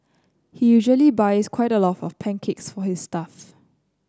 he usually buys quite a lot of pancakes for his staff